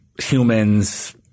humans